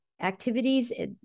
activities